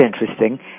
interesting